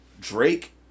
Drake